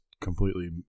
completely